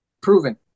Proven